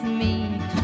meet